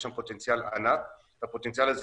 יש שם פוטנציאל ענק והפוטנציאל הזה